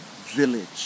village